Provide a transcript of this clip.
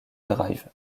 drive